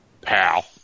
pal